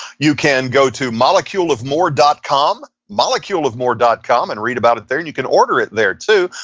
you can go to moleculeofmore dot com, moleculeofmore dot com, and read about it there, and you can order it there too,